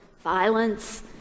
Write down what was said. violence